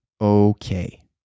okay